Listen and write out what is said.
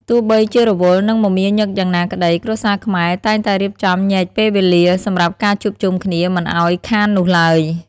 ទោះបីជារវល់ និងមមាញឹកយ៉ាងណាក្ដី គ្រួសារខ្មែរ តែងតែរៀបចំញែកពេលពេលវេលាសម្រាប់ការជួបជុំគ្នាមិនឱ្យខាននោះឡើយ។